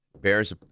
bears